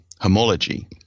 homology